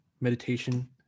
meditation